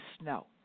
snow